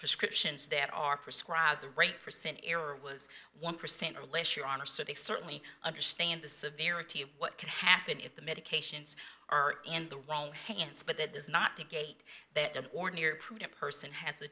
prescriptions that are prescribed the rate percent error was one percent or less your honor so they certainly understand the severity of what could happen if the medications are in the wrong hands but that does not dictate that an ordinary prudent person has a